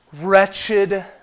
Wretched